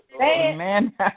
Amen